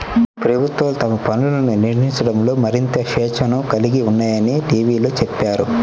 ప్రభుత్వాలు తమ పన్నులను నిర్ణయించడంలో మరింత స్వేచ్ఛను కలిగి ఉన్నాయని టీవీలో చెప్పారు